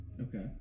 Okay